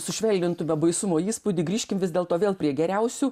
sušvelnintume baisumo įspūdį grįžkime vis dėlto vėl prie geriausių